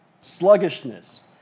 sluggishness